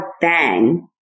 bang